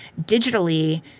digitally